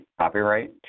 Copyright